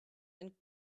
and